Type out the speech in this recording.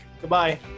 Goodbye